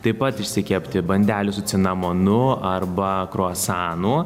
taip pat išsikepti bandelių su cinamonu arba kruasanu